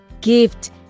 gift